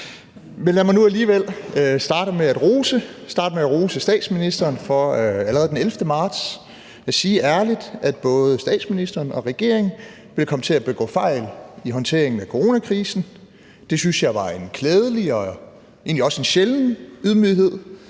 lad mig nu alligevel starte med at rose – rose statsministeren for allerede den 11. marts at sige ærligt, at både statsministeren og regeringen ville komme til at begå fejl i håndteringen af coronakrisen. Det synes jeg var en klædelig og egentlig også en sjælden ydmyghed.